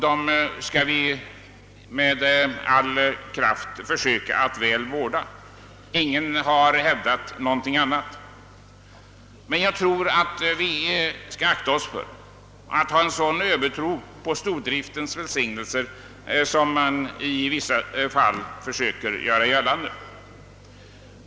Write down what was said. Dem skall vi med all kraft försöka att väl vårda; ingen har hävdat någonting annat. Jag tror emellertid att vi skall akta oss för att hysa en sådan övertro på stordriftens välsignelser som i vissa fall gör sig gällande.